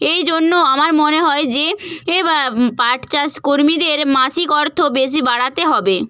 এই জন্য আমার মনে হয় যে এ পাট চাষ কর্মীদের মাসিক অর্থ বেশি বাড়াতে হবে